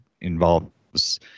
involves